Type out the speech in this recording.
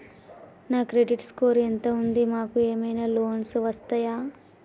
మా credit score ఎంత ఉంది? మాకు ఏమైనా లోన్స్ వస్తయా?